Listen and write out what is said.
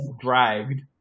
dragged